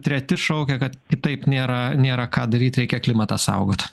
treti šaukia kad kitaip nėra nėra ką daryt reikia klimatą saugot